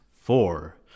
four